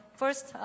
first